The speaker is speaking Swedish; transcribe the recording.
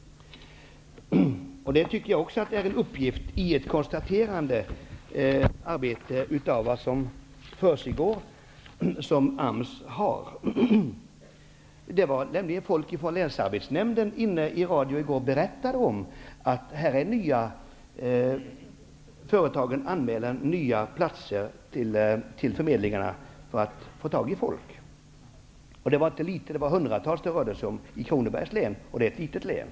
Det är en uppgift som ingår i det arbete som AMS utför. Folk från Länsarbetsnämnden berättade i radion i går att de nya företagen anmäler lediga platser till förmedlingarna för att få tag i folk. Det rör sig om hundratals platser i Kronobergs län, och det är ett litet län.